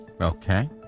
Okay